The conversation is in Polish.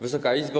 Wysoka Izbo!